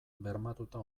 bermatuta